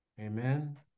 Amen